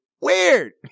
Weird